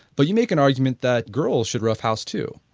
but you make an argument that girl should roughhouse too,